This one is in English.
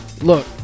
Look